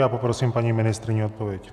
A poprosím paní ministryni o odpověď.